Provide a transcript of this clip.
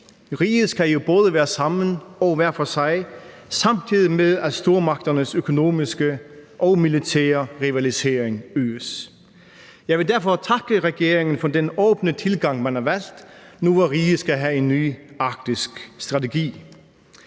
Riget skal jo både være sammen og hver for sig, samtidig med at stormagternes økonomiske og militære rivalisering øges. Jeg vil derfor takke regeringen for den åbne tilgang, man har valgt, nu, hvor riget skal have en ny Arktisstrategi.